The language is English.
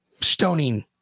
stoning